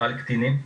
על קטינים,